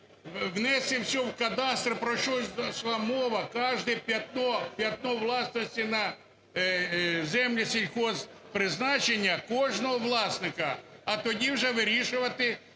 внести все в кадастр, про що йшла мова. Кожне п?ятно власності на землі сільгосппризначення, кожного власника, а тоді вже вирішувати